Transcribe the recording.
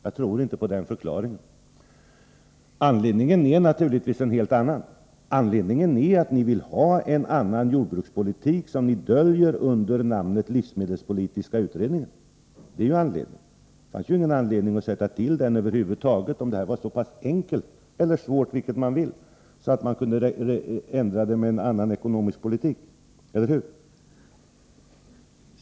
Anledningen till det utredningsarbete som har igångsatts är naturligtvis en helt annan. Anledningen är att ni vill ha en annan jordbrukspolitik som ni döljer under namnet livsmedelspolitiska utredningen. Det fanns ju inget skäl att över huvud taget tillsätta den, om det var så pass enkelt — eller svårt, vilket man vill — att problemen för jordbruket kunde undanröjas med en annan ekonomisk politik, eller hur?